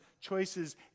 choices